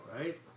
right